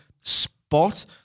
spot